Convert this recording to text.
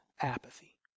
apathy